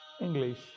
English